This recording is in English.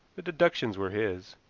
the deductions were his.